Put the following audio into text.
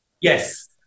Yes